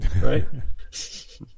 right